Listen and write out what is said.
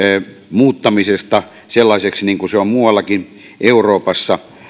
muuttamisesta sellaiseksi kuin se on muuallakin euroopassa